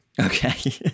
okay